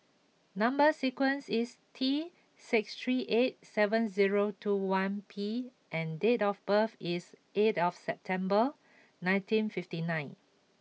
number sequence is T six three eight seven zero two one P and date of birth is eighth September nineteen fifty nine